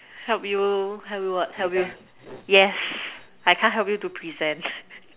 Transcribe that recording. help you help you what help you yes I can't help you to present